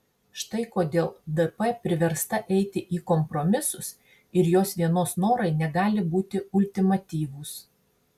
štai todėl dp priversta eiti į kompromisus ir jos vienos norai negali būti ultimatyvūs